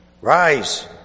Rise